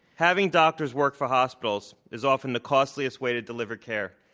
having doctors work for hospitals is often the costliest way to deliver care,